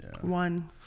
One